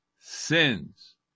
sins